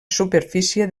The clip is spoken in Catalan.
superfície